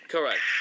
Correct